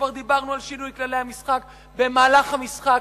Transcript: כבר דיברנו על שינוי כללי המשחק במהלך המשחק,